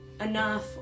enough